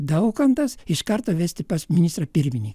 daukantas iš karto vesti pas ministrą pirmininką